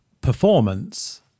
performance